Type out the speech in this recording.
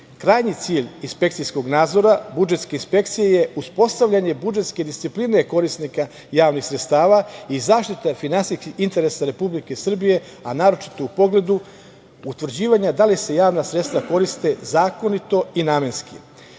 cilj inspekcijskog nadzora budžetske inspekcije je uspostavljanje budžetske discipline korisnika javnih sredstava i zaštita finansijskih interesa Republike Srbije, a naročito u pogledu utvrđivanja da li se javna sredstva koriste zakonito i